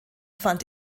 fand